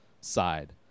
side